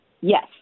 Yes